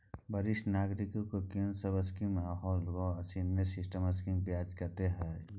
वरिष्ठ नागरिक ल कोन सब स्कीम इ आहाँ लग आ सीनियर सिटीजन स्कीम के ब्याज कत्ते इ?